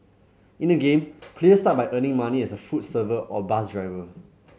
in the game players start by earning money as a food server or bus driver